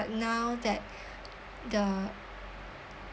but now that the